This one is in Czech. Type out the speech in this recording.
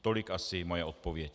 Tolik asi moje odpověď.